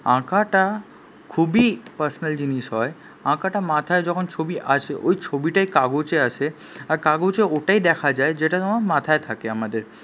আঁকাটা খুবই পার্সোনাল জিনিস হয় আঁকাটা মাথায় যখন ছবি আসে ওই ছবিটাই কাগজে আসে আর কাগজে ওটাই দেখা যায় যেটা মাথায় থাকে আমাদের